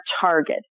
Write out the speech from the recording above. target